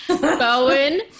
Bowen